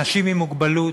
אנשים עם מוגבלות,